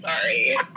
sorry